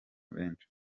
benshi